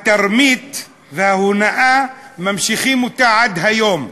התרמית וההונאה נמשכות עד היום.